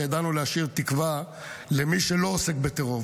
וידענו להשאיר תקווה למי שלא עוסק בטרור,